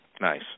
Nice